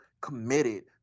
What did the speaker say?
committed